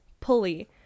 pulley